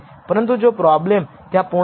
પરંતુ જો પ્રોબ્લેમ ત્યાં પૂર્ણ ન થઈ જાય